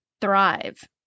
thrive